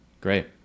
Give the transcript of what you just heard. Great